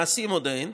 מעשים עוד אין,